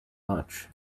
much